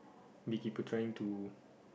bee keeper trying to